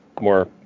more